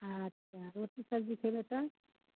अच्छा रोटी सब्जी खेबै तऽ